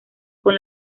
con